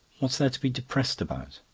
what's there to be depressed about?